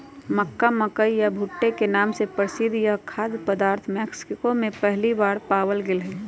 मक्का, मकई या भुट्टे के नाम से प्रसिद्ध यह खाद्य पदार्थ मेक्सिको में पहली बार पावाल गयले हल